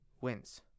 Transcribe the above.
wins